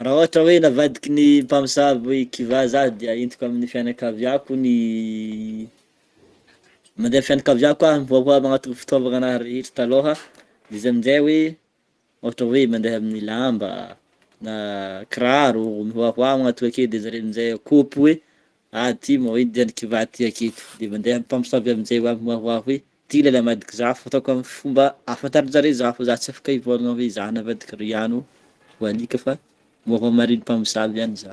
Raha ôhatra hoe navadiky ny mpamosavy kivà zah dia entiko amin'ny fianakaviako ny mandeha amin'ny fianakaviako aho mivoavoa magnatoro fitaovagnanahy rehetra talôha izy amin'jay hoe ôhatra hoe mandeha amin'ny lamba, na kiraro mihoahoa magnantogna ake de zare amin'jay kôpy hoe ah ty mo ino dian'ny kivà ty aketo. De mandeha amin'ny mpamosavy amin'jay avy mihoahoa hoe ty le namadiky zah fa ataoko amin'ny fomba afantaran'jare zah fo zah tsy afaka hivolagna hoe zah navadiky iry ano ho alika fa mihoahoa marigny mpamosavy any zah.